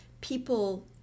people